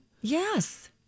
Yes